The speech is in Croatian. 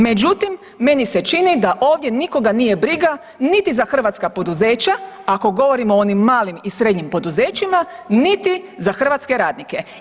Međutim meni se čini da ovdje nikoga nije briga niti za hrvatska poduzeća, ako govorimo o onim malim i srednjim poduzećima niti za hrvatske radnike.